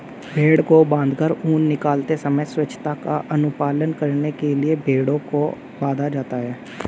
भेंड़ को बाँधकर ऊन निकालते समय स्वच्छता का अनुपालन करने के लिए भेंड़ों को बाँधा जाता है